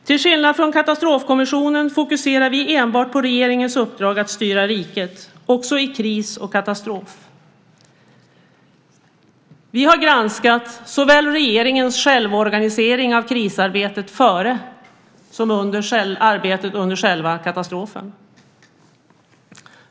Till skillnad från Katastrofkommissionen fokuserar vi enbart på regeringens uppdrag att styra riket, också i kris och katastrof. Vi har granskat såväl regeringens självorganisering av krisarbetet före som arbetet under själva katastrofen.